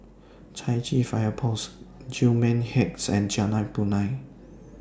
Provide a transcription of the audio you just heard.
Chai Chee Fire Post Gillman Heights and Jalan Punai